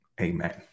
amen